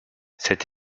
cette